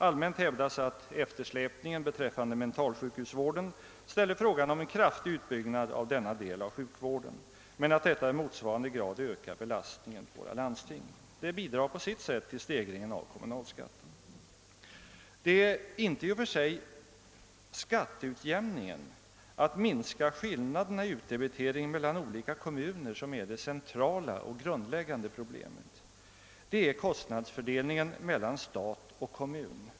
Allmänt hävdas att eftersläpningen beträffande mentalsjukhusvården aktualiserar frågan om en kraftig utbyggnad av denna del av sjukvården men att detta i motsvarande grad ökar belastningen på våra landsting. Det bidrar på sitt sätt till stegringen av kommunalskatten. Det är inte i och för sig skatteutjämningen — att minska skillnaderna i utdebiteringen mellan olika kommuner — som är det centrala problemet; det är kostnadsfördelningen mellan stat och kommun.